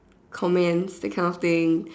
comments that kind of thing